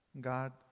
God